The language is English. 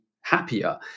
happier